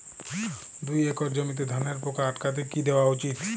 দুই একর জমিতে ধানের পোকা আটকাতে কি দেওয়া উচিৎ?